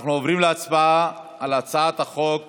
אנחנו עוברים להצבעה על הצעת החוק